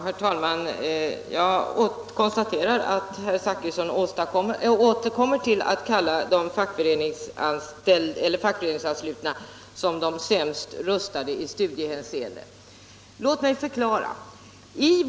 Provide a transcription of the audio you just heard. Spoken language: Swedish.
Herr talman! Jag konstaterar att herr Zachrisson fortsätter att kalla de fackföreningsanslutna för de sämst rustade i studiehänseende. Låt mig förklara situationen.